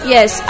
Yes